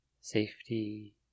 Safety